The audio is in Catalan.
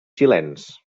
xilens